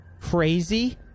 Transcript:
Crazy